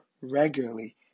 regularly